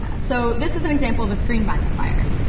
ah so this is an example of a screen magnifier.